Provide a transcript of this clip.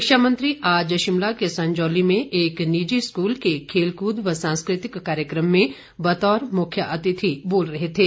शिक्षा मंत्री आज शिमला के संजौली में एक निजी स्कूल के खेलकूद व सांस्कृतिक कार्यक्रम में बतौर मुख्य अतिथि बोल रहे थे